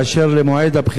רצוני לשאול: